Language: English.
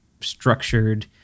structured